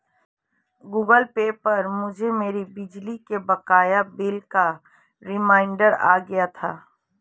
Google Pay पर मुझे मेरे बिजली के बकाया बिल का रिमाइन्डर आ गया था